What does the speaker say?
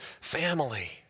family